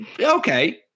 okay